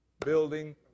Building